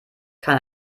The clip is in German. kann